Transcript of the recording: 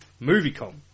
MovieCom